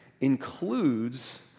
includes